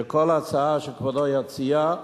שכל הצעה שכבודו יציע,